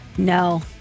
No